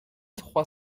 trois